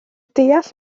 deall